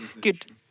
Good